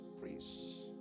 priests